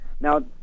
Now